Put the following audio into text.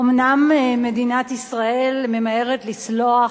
אומנם מדינת ישראל ממהרת לסלוח,